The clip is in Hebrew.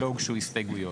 לא הוגשו הסתייגויות.